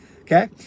Okay